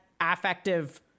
affective